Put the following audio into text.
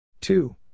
two